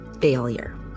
failure